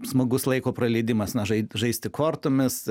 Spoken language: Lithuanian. smagus laiko praleidimas mažai žaisti kortomis